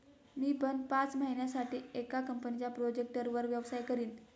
मी पण पाच महिन्यासाठी एका कंपनीच्या प्रोजेक्टवर व्यवसाय करीन